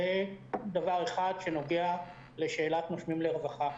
נושא אחד שנוגע לשאלת "נושמים לרווחה".